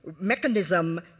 mechanism